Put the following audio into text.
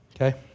Okay